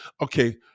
Okay